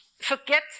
forget